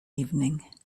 evening